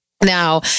Now